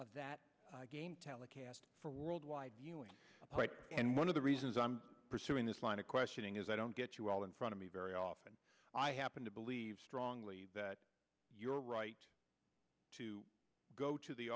that telecast for worldwide viewing and one of the reasons i'm pursuing this line of questioning is i don't get you all in front of me very often i happen to believe strongly that your right to go to the